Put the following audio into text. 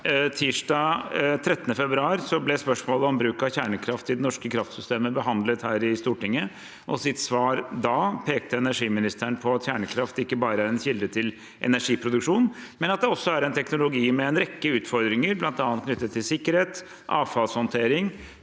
Tirsdag 13. februar ble spørsmålet om bruk av kjernekraft i det norske kraftsystemet behandlet her i Stortinget. I sitt svar da pekte energiministeren på at kjernekraft ikke bare er en kilde til energiproduksjon, men at det også er en teknologi med en rekke utfordringer, bl.a. knyttet til sikkerhet, avfallshåndtering,